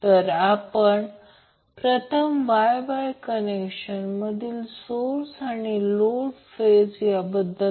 आता Vbn प्रत्यक्षात हे सर्व फेज समान मग्निट्यूडचे आहेत याला फेज व्होल्टेज म्हणतात